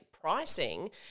pricing